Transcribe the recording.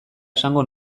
esango